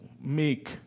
make